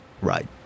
Right